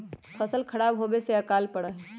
फसल खराब होवे से अकाल पडड़ा हई